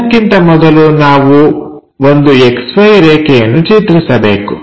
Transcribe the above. ಎಲ್ಲಕ್ಕಿಂತ ಮೊದಲು ನಾವು ಒಂದು XY ರೇಖೆಯನ್ನು ಚಿತ್ರಿಸಬೇಕು